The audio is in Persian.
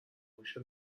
موش